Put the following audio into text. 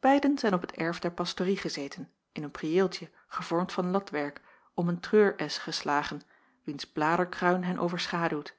beiden zijn op het erf der pastorie gezeten in een priëeltje gevormd van latwerk om een treur esch geslagen wiens bladerkruin hen overschaduwt